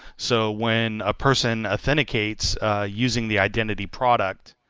so when a person authenticates using the identity product,